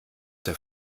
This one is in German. der